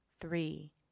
three